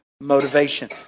motivation